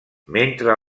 mentre